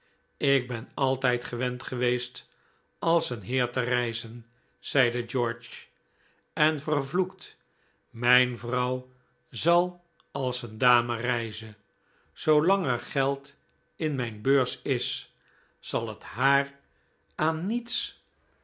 ik ben altijd gewend geweest als een heer te reizen zeide george en vervloekt mijn vrouw zal als een dame reizen zoolang er geld in mijn beurs is zal het haar aan niets